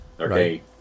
Okay